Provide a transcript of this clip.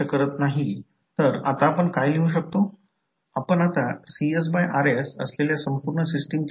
तर म्हणूनच हे एक v2 M d i dt म्हणूनच असे लिहिले आहे की v2 आहे तो कॉइलच्या डॉटेड टर्मिनलवर पॉझिटिव्ह आहे